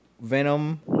Venom